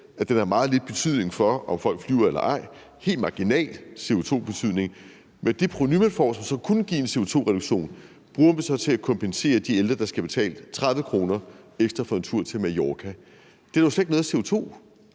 at den har en meget lille betydning for, om folk flyver eller ej, altså har en helt marginal CO2-betydning. Det provenu, man får, og som kunne give en CO2-reduktion, bruger man så til at kompensere de ældre, der skal betale 30 kr. ekstra for en tur til Mallorca. Det er der jo slet ikke nogen